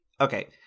Okay